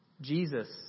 Jesus